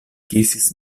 kisis